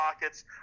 pockets